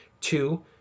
two